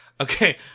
Okay